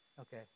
Okay